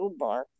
toolbar